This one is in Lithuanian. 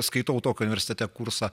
skaitau tokį universitete kursą